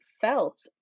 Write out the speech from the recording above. felt